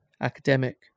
academic